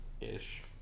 ish